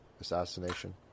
assassination